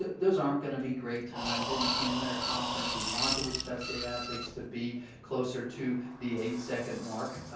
those aren't going to be great times in in their conference, we want the wichita state athletes to be closer to the eight second mark,